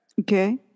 Okay